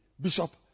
Bishop